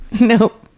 Nope